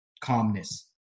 calmness